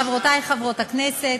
חברותי חברות הכנסת,